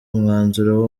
umwanzuro